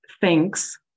thanks